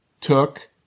took